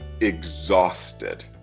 exhausted